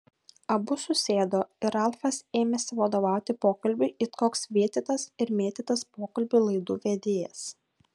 abu susėdo ir ralfas ėmėsi vadovauti pokalbiui it koks vėtytas ir mėtytas pokalbių laidų vedėjas